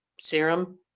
serum